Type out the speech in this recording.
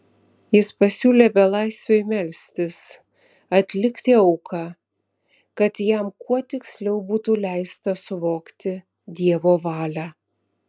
jis pasiūlė belaisviui melstis atlikti auką kad jam kuo tiksliau būtų leista suvokti dievo valią